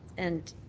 and